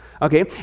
Okay